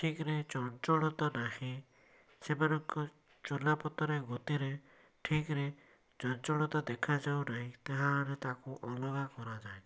ଠିକରେ ଚଞ୍ଚଳତା ନାହିଁ ସେମାନଙ୍କ ଚଲାପଥରେ ଗତିରେ ଠିକରେ ଚଞ୍ଚଳତା ଦେଖାଯାଉ ନାହିଁ ତାହା ହେଲେ ତାକୁ ଅଲଗା କରାଯାଏ